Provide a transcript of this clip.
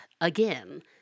again